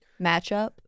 matchup